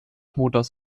motors